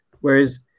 Whereas